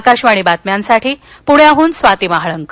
आकाशवाणी बातम्यांसाठी पुण्याहन स्वाती महाळंक